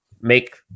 make